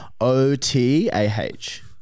O-T-A-H